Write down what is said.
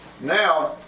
Now